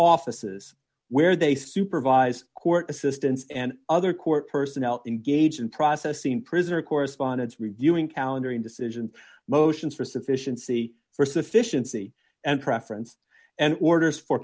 offices where they supervise court assistants and other court personnel engaged in processing prisoner correspondence reviewing calendaring decision motions for sufficiency for sufficiency and preference and orders for